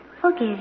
Forgive